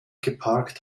geparkt